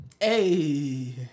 Hey